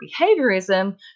behaviorism